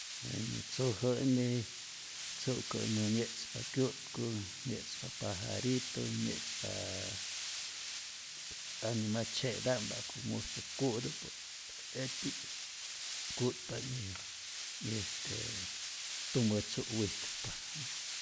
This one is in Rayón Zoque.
Jenä tzujo'ni tzu'kä'mä mye'tzpa kyu'tku, mye'tzpa pajarito, mye'tzpa animal tzye'ta'mpä ja'ku musu ku'tä, por que jetpi'k ku'tpa y este tumä tzu' witpa.